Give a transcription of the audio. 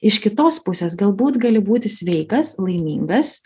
iš kitos pusės galbūt gali būti sveikas laimingas